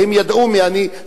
והם ידעו מי אני,